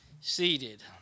seated